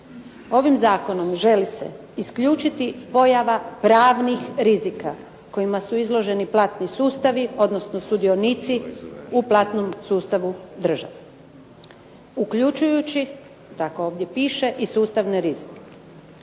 Ovim zakonom želi se isključiti pojava pravnih rizika kojima su izloženi platni sustavi, odnosno sudionici u platnom sustavu države. Uključujući tako ovdje piše i sustavne rizike.